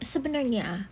sebenarnya